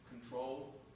control